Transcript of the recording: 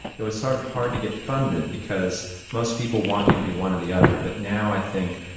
it was sort of hard to get funded because most people want you to be one or the other. but now, i think,